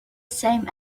same